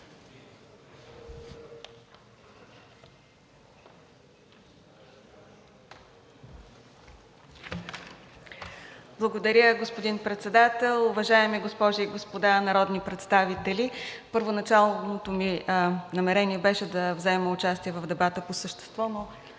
Благодаря, господин Председател. Уважаеми госпожи и господа народни представители! Първоначалното ми намерение беше да взема участие в дебата по същество, но